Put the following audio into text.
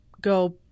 go